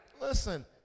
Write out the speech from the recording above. Listen